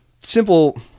simple